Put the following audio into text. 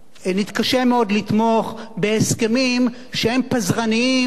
נתקשה מאוד לתמוך בהסכמים שהם פזרניים,